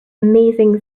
amazing